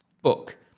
book